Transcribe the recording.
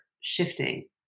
shifting